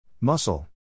muscle